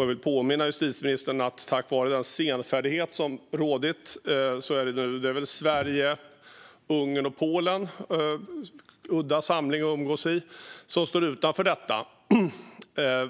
Jag vill påminna justitieministern om att på grund av den senfärdighet som rått är det nu bara Sverige, Ungern och Polen - en udda samling att umgås i - som står utanför detta.